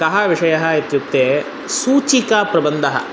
कः विषयः इत्युक्ते सूचिका प्रबन्धः